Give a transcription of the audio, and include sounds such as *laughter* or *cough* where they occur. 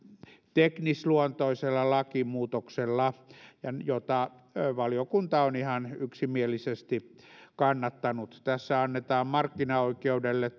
teknisluontoisella lakimuutoksella joita valiokunta on ihan yksimielisesti kannattanut tässä annetaan markkinaoikeudelle *unintelligible*